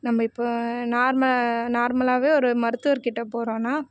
நம்ம இப்போ நார்ம நார்மலாகவே ஒரு மருத்துவர் கிட்டே போகிறோன்னா